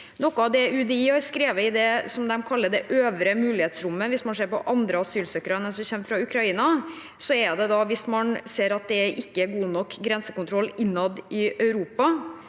Noe av det UDI har skrevet i det de kaller det øvre mulighetsrommet – hvis man ser på andre asylsøkere enn dem som kommer fra Ukraina – er at hvis det ikke er god nok grensekontroll innad i Europa,